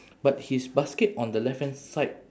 but his basket on the left hand side